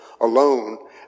alone